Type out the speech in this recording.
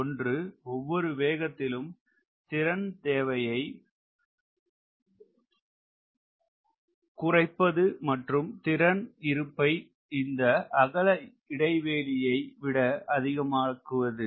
ஒன்று ஒவ்வொரு வேகத்திலும் திறன் தேவையை குறைப்பது மற்றும் திறன் இருப்பை இந்த அகல இடைவெளியை விட அதிகமாக்குவது